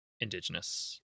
indigenous